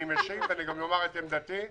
אני משיב ואני גם אומר את עמדתי.